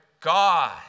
God